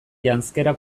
janzkera